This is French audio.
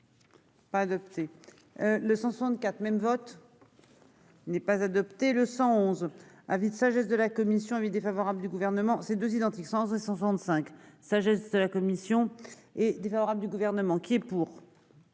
Pas adopté. Le 164 même vote.-- Il n'est pas adopté le 111 avis de sagesse de la Commission, avis défavorable du gouvernement ces 2 identique sens de 165. Sagesse de la commission est défavorable du gouvernement qui est pour.